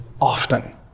often